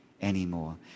anymore